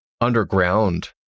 underground